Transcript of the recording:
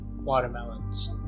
watermelons